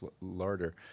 Larder